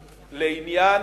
לעניין,